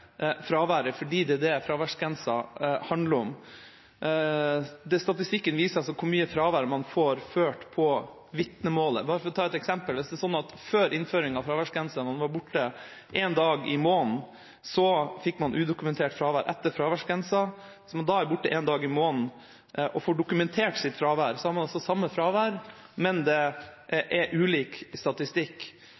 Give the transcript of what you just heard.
fraværet, for det er det som fraværsgrensa handler om. Statistikken viser altså hvor mye fravær man får ført på vitnemålet. For å ta et eksempel: Hvis man før innføringen av fraværsgrensa var borte én dag i måneden, fikk man udokumentert fravær. Hvis man etter innføringen av fraværsgrensa er borte én dag i måneden og får dokumentert sitt fravær, har man det samme fraværet, men det